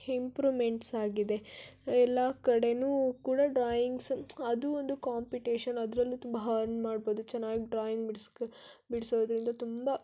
improvements ಆಗಿದೆ ಎಲ್ಲ ಕಡೆಯೂ ಕೂಡ ಡ್ರಾಯಿಂಗ್ಸ ಅದೂ ಒಂದು ಕಾಂಪಿಟೇಷನ್ ಅದರಲ್ಲೂ ತುಂಬ ಹರ್ನ್ ಮಾಡ್ಬೋದು ಚೆನ್ನಾಗಿ ಡ್ರಾಯಿಂಗ್ ಬಿಡ್ಸ್ಕ ಬಿಡಿಸೋದ್ರಿಂದ ತುಂಬ